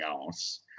else